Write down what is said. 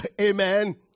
amen